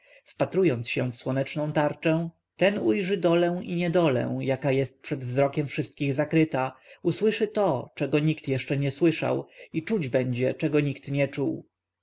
wpatrując się w słoneczną tarczę ten ujrzy dolę i niedolę jaka jest przed wzrokiem wszystkich zakryta usłyszy to czego nikt jeszcze nie słyszał i czuć będzie czego nikt nie czuł